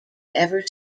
ever